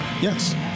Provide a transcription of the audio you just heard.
yes